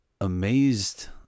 amazed